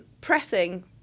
pressing